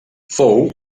fou